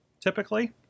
typically